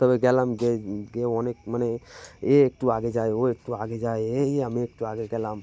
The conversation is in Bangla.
তবে গেলাম গে গেয়ে অনেক মানে এ একটু আগে যায় ও একটু আগে যায় এই আমি একটু আগে গেলাম